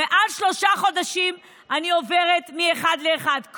מעל שלושה חודשים אני עוברת מאחד לאחד,